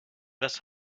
das